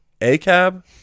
ACAB